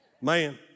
man